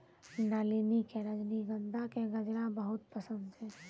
नलिनी कॅ रजनीगंधा के गजरा बहुत पसंद छै